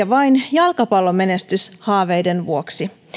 vain jalkapallomenestyshaaveiden vuoksi